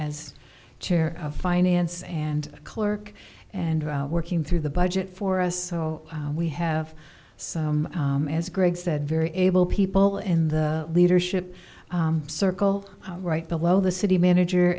as chair of finance and clerk and working through the budget for us so we have as greg said very able people in the leadership circle right below the city manager